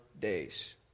days